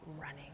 running